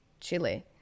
Chile